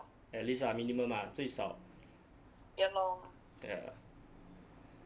at least ah minimum ah 最少 ya